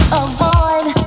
avoid